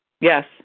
Yes